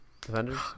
defenders